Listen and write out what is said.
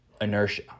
inertia